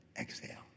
exhale